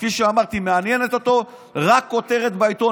כפי שאמרתי, מעניינת אותו רק כותרת בעיתון.